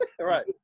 Right